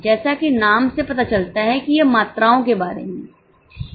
जैसा कि नाम से पता चलता है कि यह मात्राओं के बारे में है